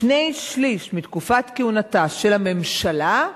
שני-שלישים מתקופת כהונתה של הממשלה,